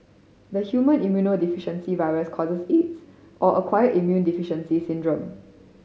the human immunodeficiency virus causes Aids or acquired immune deficiency syndrome